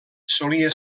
solia